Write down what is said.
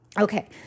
Okay